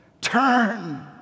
turn